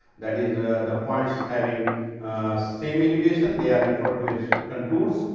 that is the points having ah same allegation they are referred to as contours.